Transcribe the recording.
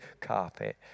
carpet